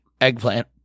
eggplant